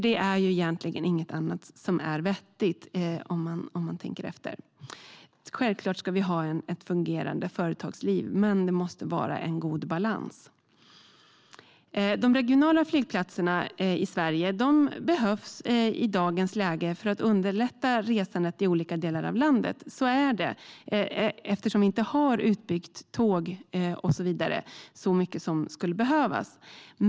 Det är egentligen inget annat som är vettigt, om man tänker efter. Vi ska självfallet ha ett fungerande företagsliv, men det måste råda en god balans. De regionala flygplatserna i Sverige behövs i dagens läge för att underlätta resandet i olika delar av landet. Så är det eftersom vi inte har byggt ut järnväg och så vidare så mycket som skulle behövas.